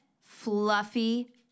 fluffy